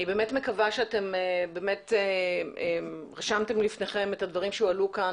אני באמת מקווה שאתם רשמתם לפניכם את הדברים שעלו כאן.